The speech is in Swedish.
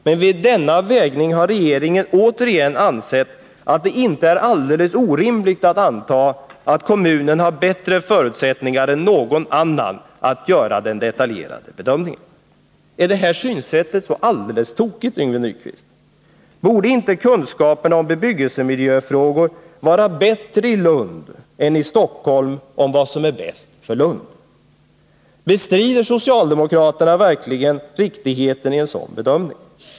Men vid denna vägning har regeringen återigen ansett att det inte är alldeles orimligt att anta att kommunen har bättre förutsättningar än någon annan att göra den detaljerade bedömningen. Är detta synsätt så alldeles tokigt, Yngve Nyquist? Borde inte kunskaperna i bebyggelsemiljöfrågor vara bättre i Lund än i Stockholm om vad som är bäst för Lund? Bestrider socialdemokraterna verkligen riktigheten i en sådan bedömning?